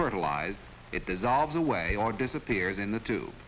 fertilized it dissolves away or disappears in the two